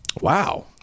Wow